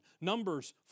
Numbers